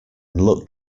looked